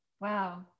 Wow